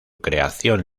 creación